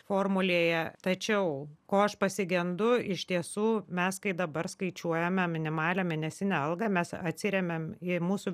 formulėje tačiau ko aš pasigendu iš tiesų mes kai dabar skaičiuojame minimalią mėnesinę algą mes atsiremiam į mūsų